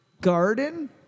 Garden